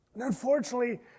Unfortunately